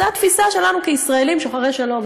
זו התפיסה שלנו כישראלים שוחרי שלום.